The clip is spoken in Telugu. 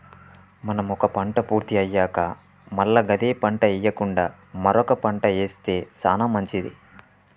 మనం ఒక పంట పూర్తి అయ్యాక మల్ల గదే పంట ఎయ్యకుండా మరొక పంట ఏస్తె సానా మంచిది